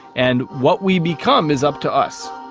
and what we become is up to us.